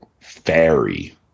Fairy